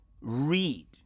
read